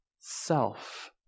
self